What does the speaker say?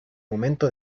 momento